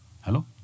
Hello